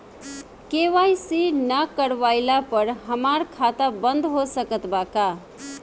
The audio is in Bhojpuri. के.वाइ.सी ना करवाइला पर हमार खाता बंद हो सकत बा का?